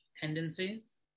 tendencies